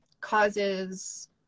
causes